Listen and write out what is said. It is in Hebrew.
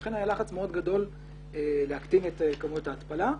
לכן היה לחץ מאוד גדול להקטין את כמות ההתפלה.